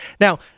Now